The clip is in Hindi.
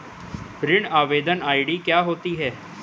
ऋण आवेदन आई.डी क्या होती है?